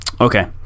Okay